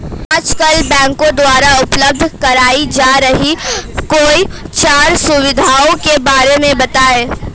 आजकल बैंकों द्वारा उपलब्ध कराई जा रही कोई चार सुविधाओं के बारे में बताइए?